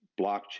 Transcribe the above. blockchain